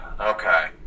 okay